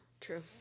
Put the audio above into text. True